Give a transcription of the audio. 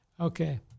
Okay